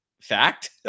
fact